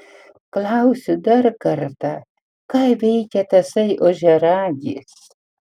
klausiu dar kartą ką veikia tasai ožiaragis